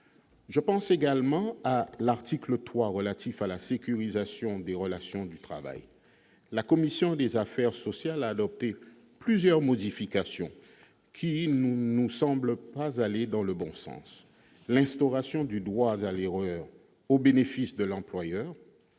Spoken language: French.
Concernant l'article 3, relatif à la sécurisation des relations de travail, la commission des affaires sociales a adopté plusieurs modifications qui ne nous semblent pas aller dans le bon sens, telles l'instauration du droit à l'erreur au bénéfice de l'employeur